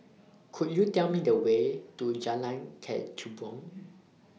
Could YOU Tell Me The Way to Jalan Kechubong